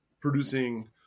producing